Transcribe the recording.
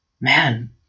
man